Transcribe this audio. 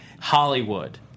Hollywood